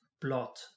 plot